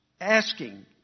asking